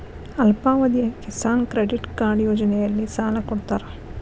ಅಲ್ಪಾವಧಿಯ Kisan credit card ಯೋಜನೆಯಲ್ಲಿಸಾಲ ಕೊಡತಾರ